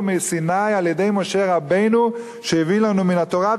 מסיני על-ידי משה רבנו שהביא לנו מן התורה.